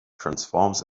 transforms